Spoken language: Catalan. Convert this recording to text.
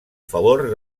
favor